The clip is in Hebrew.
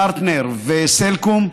פרטנר וסלקום,